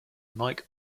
mike